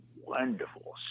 wonderful